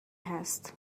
هست